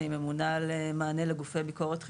אני ממונה על מענה לגופי ביקורת חיצוניים.